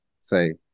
say